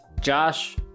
Josh